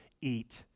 eat